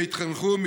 והתחנכו,